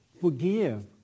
Forgive